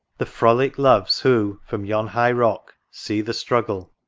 the frolic loves who, from yon high rock, see the struggle,